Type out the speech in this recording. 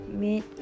meet